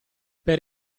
per